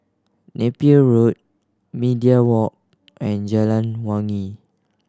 Napier Road Media Walk and Jalan Wangi